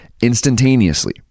Instantaneously